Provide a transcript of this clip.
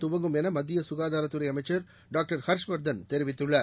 துவங்கும் என மத்திய சுகாதாரத்துறை அமைச்சர் டாக்டர் ஹர்ஷ்வர்தன் தெரிவித்துள்ளார்